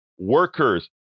workers